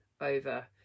over